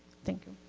thank you.